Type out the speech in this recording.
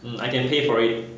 um I can pay for it